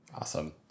Awesome